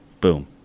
boom